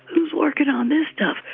who's working on this stuff?